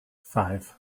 five